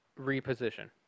reposition